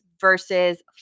versus